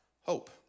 hope